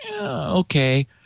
okay